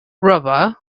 rubber